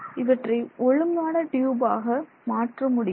இவற்றை ஒழுங்கான டியூபாக மாற்ற முடியும்